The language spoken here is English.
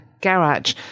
garage